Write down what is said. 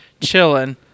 chilling